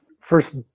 first